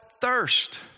thirst